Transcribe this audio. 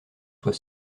soit